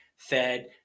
fed